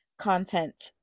content